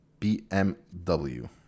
BMW